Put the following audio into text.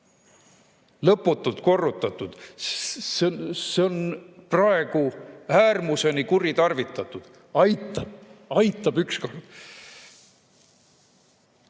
lõputult korrutatud, et seda on praegu äärmuseni kuritarvitatud. Aitab, aitab ükskord!